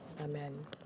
Amen